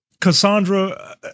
Cassandra